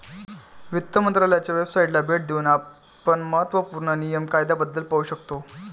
वित्त मंत्रालयाच्या वेबसाइटला भेट देऊन आपण महत्त्व पूर्ण नियम कायद्याबद्दल पाहू शकता